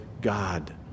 God